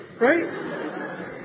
right